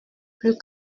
plus